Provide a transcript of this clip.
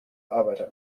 arbeiter